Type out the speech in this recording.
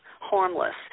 harmless